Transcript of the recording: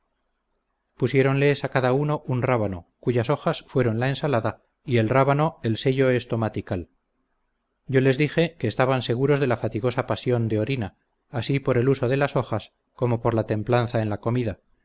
pusiéronles a cada uno un rábano cuyas hojas fueron la ensalada y el rábano el sello estomatical yo les dije que estaban seguros de la fatigosa pasión de orina así por el uso de las hojas como por la templanza en la comida